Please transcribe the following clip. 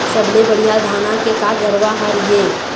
सबले बढ़िया धाना के का गरवा हर ये?